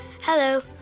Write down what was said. Hello